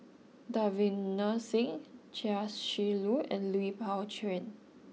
Davinder Singh Chia Shi Lu and Lui Pao Chuen